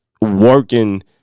working